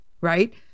right